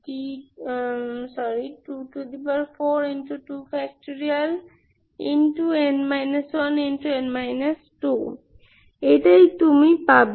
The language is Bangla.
n 1n 2 এটাই তুমি এটা পাবে